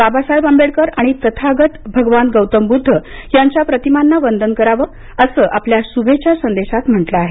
बाबासाहेब आंबेडकर आणि तथागत भगवान गौतम ब्रद्ध यांच्या प्रतिमांना वंदन करावं असं श्भेच्छा संदेशात म्हटलं आहे